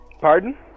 Pardon